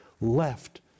left